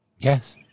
Yes